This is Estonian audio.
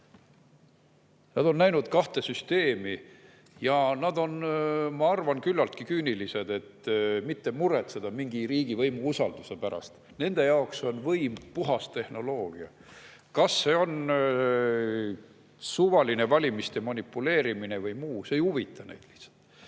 Nad on näinud kahte süsteemi ja nad on, ma arvan, küllaltki küünilised, et mitte muretseda mingi riigivõimu usalduse pärast. Nende jaoks on võim puhas tehnoloogia. Kas see on suvaline valimiste manipuleerimine või muu, see ei huvita neid lihtsalt. Ma